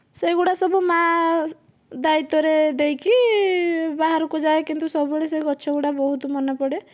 ସେହିଗୁଡ଼ାକ ସବୁ ମା ଦାୟିତ୍ୱରେ ଦେଇକି ବାହାରକୁ ଯାଏ କିନ୍ତୁ ସବୁବେଳେ ସେ ଗଛ ଗୁଡ଼ାକ ବହୁତ ମନେ ପଡ଼େ